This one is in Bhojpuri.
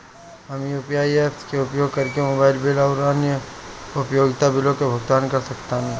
हम यू.पी.आई ऐप्स के उपयोग करके मोबाइल बिल आउर अन्य उपयोगिता बिलों का भुगतान कर सकतानी